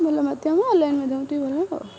ଭଲ ମାଧ୍ୟମ ଅନଲାଇନ୍ ମାଧ୍ୟମଟି ଭଲ ହେବ